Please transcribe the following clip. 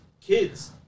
kids